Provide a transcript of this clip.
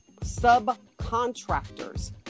subcontractors